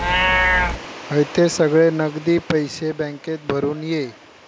हयते सगळे नगदी पैशे बॅन्केत भरून ये